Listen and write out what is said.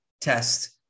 test